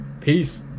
peace